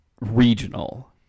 regional